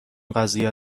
قضیه